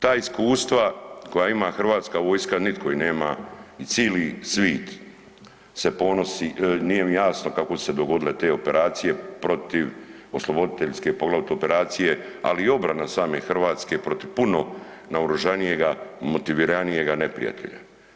Ta iskustva koja ima HV nitko ih nema i cili svit se ponosi, nije mi jasno kako su se dogodile te operacije protiv osloboditeljske, poglavito operacije, ali i obrana same Hrvatske protiv puno naoružanijega, motiviranijega neprijatelja?